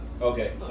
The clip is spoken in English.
Okay